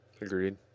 Agreed